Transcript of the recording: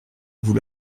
vous